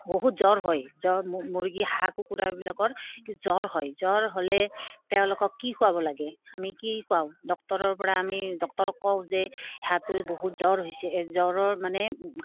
বহুত জ্বৰ হয় জ্বৰ মুৰ্গী হাঁহ কুকুৰাবিলাকৰ জ্বৰ হয় জ্বৰ হ'লে তেওঁলোকক কি খুৱাব লাগে আমি কি খুৱাওঁ ডাক্তৰৰপৰা আমি ডাক্তৰক কওঁ যে সিহঁতৰ বহুত জ্বৰ হৈছে জ্বৰৰ মানে